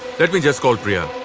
let me just call priya.